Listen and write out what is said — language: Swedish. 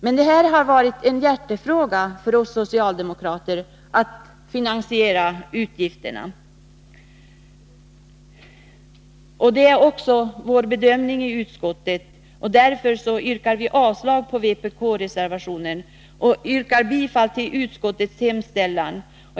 Men det har varit en hjärtesak för oss socialdemokrater att finansiera utgifterna. Det är också vår bedömning i utskottet. Därför yrkar vi avslag på vpk:s reservation nr 2 och yrkar bifall till utskottets hemställan.